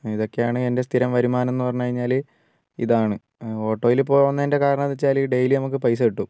ഇതൊക്കെയാണ് എൻ്റെ സ്ഥിരം വരുമാനം എന്ന് പറഞ്ഞു കഴിഞ്ഞാൽ ഇതാണ് ഓട്ടോയിൽ പോകുന്നതിൻ്റെ കാരണം എന്നുവച്ചാൽ ഡെയ്ലി നമുക്ക് പൈസ കിട്ടും